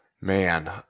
Man